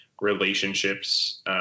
relationships